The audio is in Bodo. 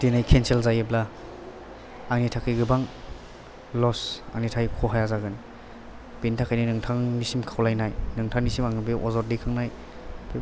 दिनै केनसेल जायोब्ला आंनि थाखाय गोबां लस आंनि थाखाय खहाया जागोन बेनि थाखायनो नोंथांनिसिम खावलायनाय नोंथांनिसिम आङो बे अजद दैखांनाय